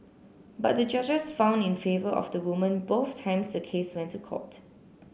but the judges found in favour of the woman both times the case went to court